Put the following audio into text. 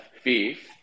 fifth